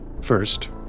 First